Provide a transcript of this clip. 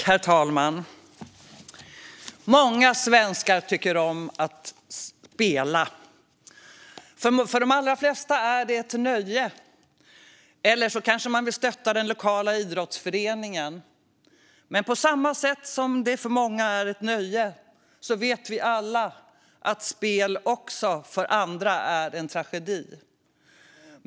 Herr talman! Många svenskar tycker om att spela. För de allra flesta är det ett nöje, eller man vill kanske stötta den lokala idrottsföreningen. Men vi vet också att även om det för många är ett nöje är det för andra en tragedi.